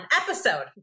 episode